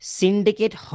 syndicate